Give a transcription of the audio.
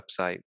website